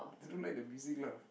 don't like the music lah